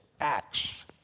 acts